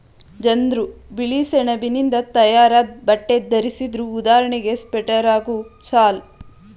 ಜನ್ರು ಬಿಳಿಸೆಣಬಿನಿಂದ ತಯಾರಾದ್ ಬಟ್ಟೆ ಧರಿಸ್ತಿದ್ರು ಉದಾಹರಣೆಗೆ ಸ್ವೆಟರ್ ಹಾಗೂ ಶಾಲ್